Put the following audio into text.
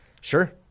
Sure